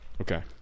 Okay